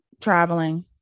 traveling